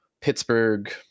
Pittsburgh